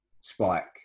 spike